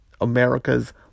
America's